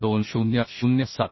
800 2007